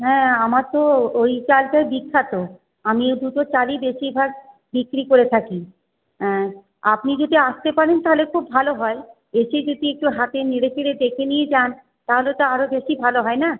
হ্যাঁ আমার তো ওই চালটাই বিখ্যাত আমি এই দুটো চালই বেশিরভাগ বিক্রি করে থাকি আপনি যদি আসতে পারেন তাহলে খুব ভালো হয় এসে যদি একটু হাতে নেড়ে চেড়ে দেখে নিয়ে যান তাহলে তো আরও বেশি ভালো হয় না